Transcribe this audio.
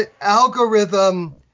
algorithm